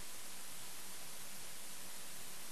חושב שדווקא החוק הזה, לפחות